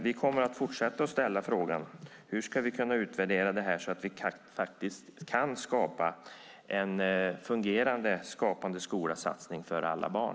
Vi kommer att fortsätta att ställa frågan: Hur ska vi utvärdera detta så att vi faktiskt kan skapa en fungerande Skapande-skola-satsning för alla barn?